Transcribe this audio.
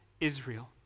Israel